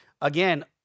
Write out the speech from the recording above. again